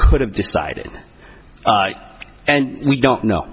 could have decided and we don't know